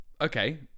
okay